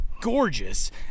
gorgeous